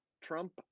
Trump